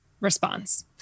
response